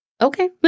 Okay